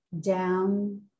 down